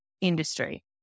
industry